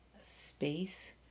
space